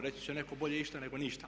Reći će netko bolje išta nego ništa.